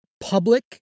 public